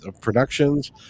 productions